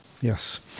yes